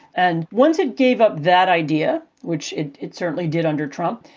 and once it gave up that idea, which it it certainly did under trump,